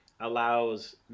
allows